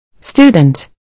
Student